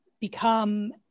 become